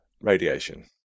radiation